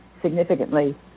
significantly